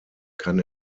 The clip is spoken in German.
kann